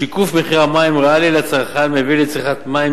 שיקוף מחיר מים ריאלי לצרכן מביא לצריכת מים